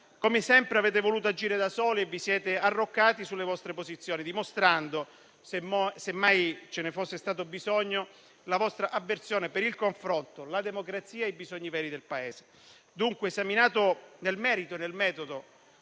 Come sempre, avete voluto agire da soli e vi siete arroccati sulle vostre posizioni, dimostrando, se mai ce ne fosse stato bisogno, la vostra avversione per il confronto, la democrazia e i bisogni veri del Paese. Dunque, esaminato nel merito e nel metodo,